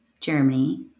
Germany